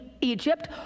Egypt